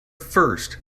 first